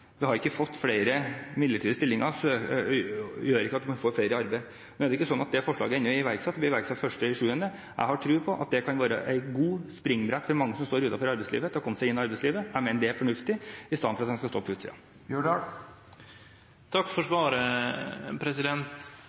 vi får flere i arbeid. Nå er det ikke sånn at det forslaget ennå er iverksatt. Det blir iverksatt 1. juli. Jeg har tro på at det kan være et godt springbrett for mange som står utenfor arbeidslivet, til å komme seg inn i arbeidslivet. Jeg mener det er fornuftig, i stedet for at de skal stå på utsiden. Takk for svaret.